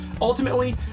Ultimately